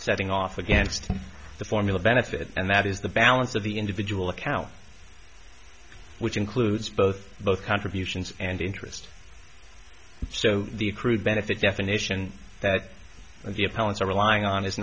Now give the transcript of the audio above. setting off against the formula benefit and that is the balance of the individual account which includes both both contributions and interest so the accrued benefit definition that the opponents are relying on i